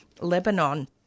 Lebanon